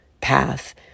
path